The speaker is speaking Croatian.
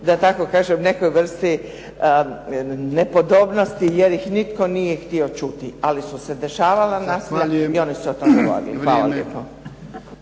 da tako kažem nepodobnosti jer ih nitko nije htio čuti. Ali su se dešavala nasilja i one su o tome… **Jarnjak,